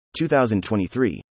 2023